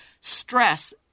stress